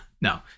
No